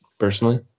personally